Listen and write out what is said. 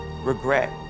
regret